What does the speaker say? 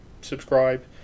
subscribe